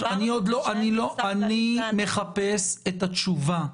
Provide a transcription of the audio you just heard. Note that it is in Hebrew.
אני מחפש את התשובה.